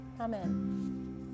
Amen